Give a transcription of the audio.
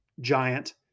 giant